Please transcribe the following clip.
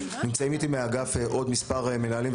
נמצאים איתי מהאגף עוד מספר מנהלים,